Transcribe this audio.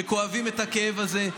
שכואבים את הכאב הזה,